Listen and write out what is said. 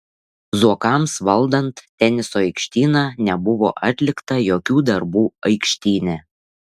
zuokams valdant teniso aikštyną nebuvo atlikta jokių darbų aikštyne